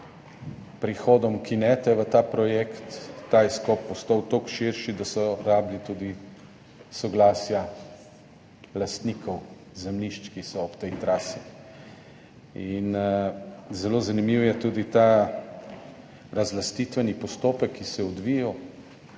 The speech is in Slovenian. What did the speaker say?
prihodom kinete v ta projekt izkop postal toliko širši, da so potrebovali tudi soglasja lastnikov zemljišč, ki so ob tej trasi. Zelo zanimiv je tudi ta razlastitveni postopek, ki se je odvijal